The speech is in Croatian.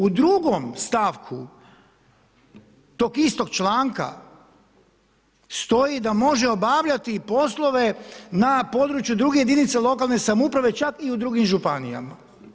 U drugom stavku tog istog članka stoji da može obavljati i poslove na području druge jedinice lokalne samouprave čak i u drugim županijama.